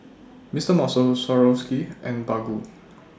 Mister Muscle Swarovski and Baggu